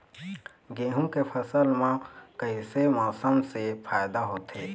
गेहूं के फसल म कइसे मौसम से फायदा होथे?